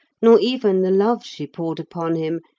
nor even the love she poured upon him,